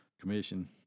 Commission